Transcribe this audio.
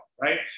right